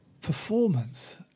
performance